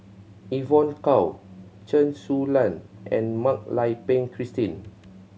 Evon Kow Chen Su Lan and Mak Lai Peng Christine